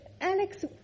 Alex